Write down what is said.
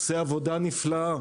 ועושה עבודה נפלא.